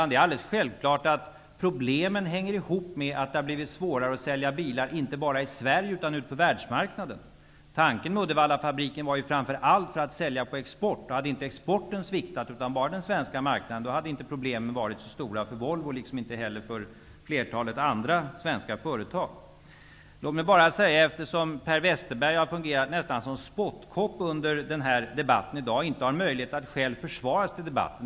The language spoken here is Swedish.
Det är alldeles självklart att problemen hänger ihop med att det blivit svårare att sälja bilar inte bara i Sverige utan också på världsmarknaden. Tanken med Uddevallafabriken var ju framför allt att man skulle kunna sälja på export. Om inte exporten utan bara den svenska marknaden hade sviktat hade inte problemen varit så stora för Volvo eller för flertalet andra svenska företag. Per Westerberg har nästan fungerat som spottkopp under dagens debatt och inte själv haft möjlighet att försvara sig.